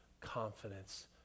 confidence